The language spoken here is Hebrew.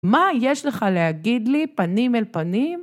מה יש לך להגיד לי פנים אל פנים?